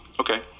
Okay